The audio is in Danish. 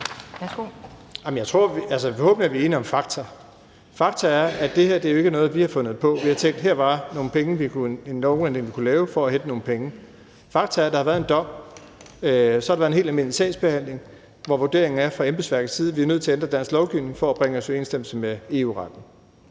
er forhåbentlig enige om fakta. Fakta er, at det her jo ikke er noget, vi har fundet på, altså at vi har tænkt, at der her var en lovændring, vi kunne lave for at hente nogle penge. Fakta er, at der er en dom, og så har der været en helt almindelig sagsbehandling, hvor vurderingen fra embedsværkets side er, at vi er nødt til at ændre dansk lovgivning for at bringe os i overensstemmelse med EU-retten.